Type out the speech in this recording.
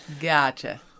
Gotcha